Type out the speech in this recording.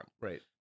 Right